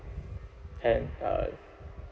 have uh